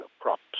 props